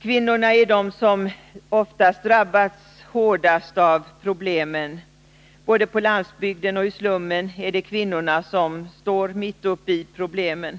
Kvinnorna är de som oftast drabbas hårdast. Både på landsbygden och i slummen är det kvinnorna som står mitt uppe i problemen.